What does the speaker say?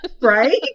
Right